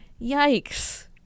Yikes